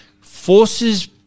Forces